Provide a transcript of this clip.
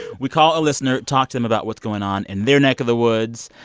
we call a listener, talk them about what's going on in their neck of the woods.